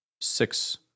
six